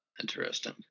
interesting